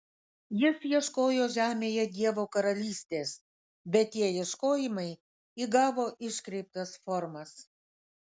jis ieškojo žemėje dievo karalystės bet tie ieškojimai įgavo iškreiptas formas